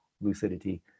lucidity